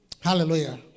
Hallelujah